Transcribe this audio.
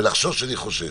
ולחשוש אני חושש.